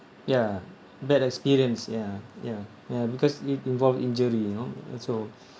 ya bad experience ya ya ya because it involved injury you know so